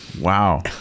Wow